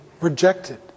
rejected